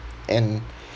and